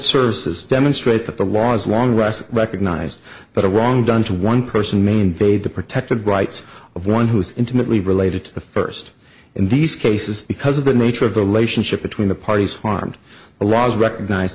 services demonstrate that there was a long rest recognized that a wrong done to one person may invade the protected rights of one who is intimately related to the first in these cases because of the nature of the lation ship between the parties harmed a law is recognized